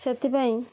ସେଥିପାଇଁ